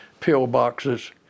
pillboxes